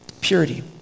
Purity